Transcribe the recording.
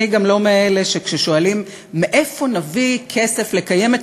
אני גם לא מאלה שכששואלים מאיפה נביא כסף לקיים את